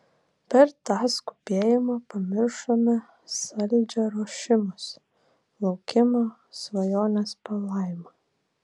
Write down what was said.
per tą skubėjimą pamiršome saldžią ruošimosi laukimo svajonės palaimą